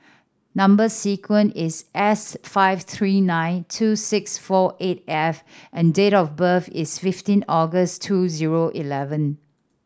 number sequence is S five three nine two six four eight F and date of birth is fifteen August two zero eleven